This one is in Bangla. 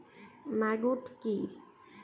ম্যাগট কি?